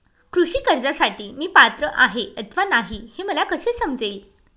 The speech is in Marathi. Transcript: कृषी कर्जासाठी मी पात्र आहे अथवा नाही, हे मला कसे समजेल?